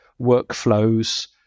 workflows